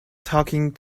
talking